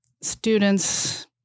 students